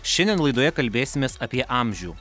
šiandien laidoje kalbėsimės apie amžių